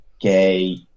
gay